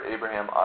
Abraham